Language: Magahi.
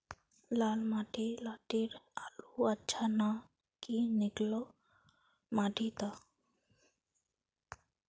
लाल माटी लात्तिर आलूर अच्छा ना की निकलो माटी त?